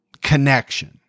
connection